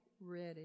ready